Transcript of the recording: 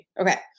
Okay